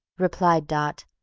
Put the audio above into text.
replied dot,